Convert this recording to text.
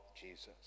Jesus